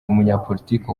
umunyapolitiki